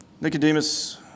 Nicodemus